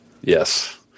Yes